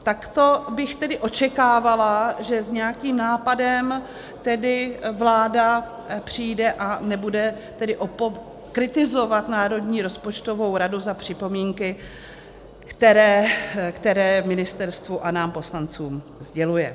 Takto bych tedy očekávala, že s nějakým nápadem tedy vláda přijde a nebude tedy kritizovat Národní rozpočtovou radu za připomínky, které ministerstvu a nám poslancům sděluje.